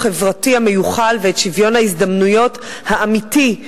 החברתי המיוחל ואת שוויון ההזדמנויות האמיתי,